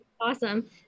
awesome